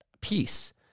Peace